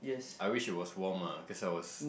I wish it was warm ah cause I was